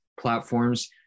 platforms